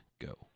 go